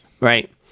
right